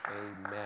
Amen